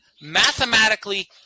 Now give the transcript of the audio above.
mathematically